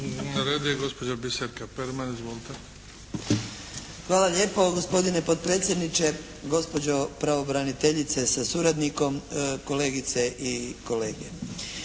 Na redu je gospođa Biserka Perman. Izvolite. **Perman, Biserka (SDP)** Hvala lijepo gospodine potpredsjedniče, gospođo pravobraniteljice sa suradnikom, kolegice i kolege.